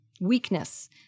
weakness